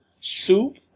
soup